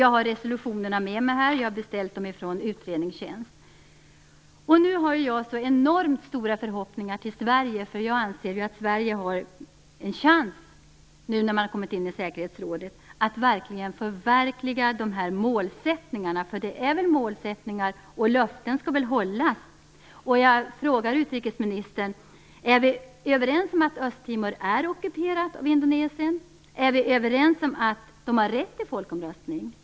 Jag har resolutionerna med mig, som jag har beställt från utredningstjänsten. Nu har jag så enormt stora förhoppningar till Sverige, eftersom jag anser att Sverige nu har en chans när man har kommit in i säkerhetsrådet att verkligen förverkliga dessa målsättningar. Det är väl målsättningar? Och löften skall väl hållas? Jag frågar utrikesministern: Är vi överens om att Östtimor är ockuperat av Indonesien? Är vi överens om att människorna där har rätt till folkomröstning?